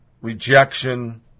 rejection